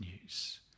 news